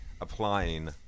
applying